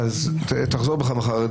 אבל בדיון הבא לא יהיה זמן לתקן את הדברים